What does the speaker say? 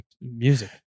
music